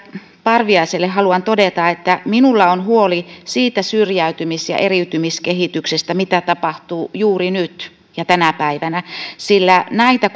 parviaiselle haluan todeta että minulla on huoli siitä syrjäytymis ja eriytymiskehityksestä mitä tapahtuu juuri nyt ja tänä päivänä sillä näitä